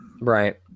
Right